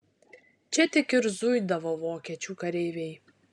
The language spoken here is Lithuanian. čia tik ir zuidavo vokiečių kareiviai